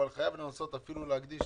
חייבים להקדיש